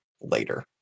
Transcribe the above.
later